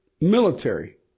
military